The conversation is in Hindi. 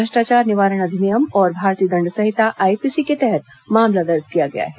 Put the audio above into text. भ्रष्टाचार निवारण अधिनियम और भारतीय दण्ड संहिता आईपीसी के तहत मामला दर्ज किया गया है